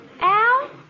Al